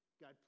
God